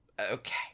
Okay